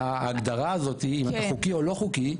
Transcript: ההגדרה הזאת אם אתה חוקי או לא חוקי,